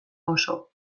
oso